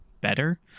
better